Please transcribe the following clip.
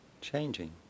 changing